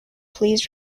please